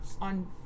on